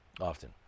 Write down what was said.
often